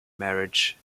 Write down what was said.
marriage